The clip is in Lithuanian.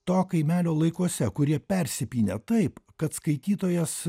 to kaimelio laikuose kurie persipynę taip kad skaitytojas